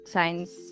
Science